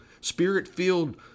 spirit-filled